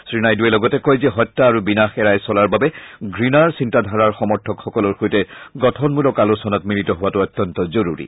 শ্ৰী নাইডুৱে লগতে কয় যে হত্যা আৰু বিনাশ এৰাই চলাৰ বাবে ঘৃণাৰ চিন্তাধাৰাৰ সমৰ্থকসকলৰ সৈতে গঠনমূলক আলোচনাত মিলিত হোৱাতো অত্যন্ত জৰুৰী